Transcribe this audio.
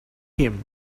him